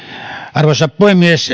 arvoisa puhemies